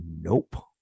Nope